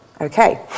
Okay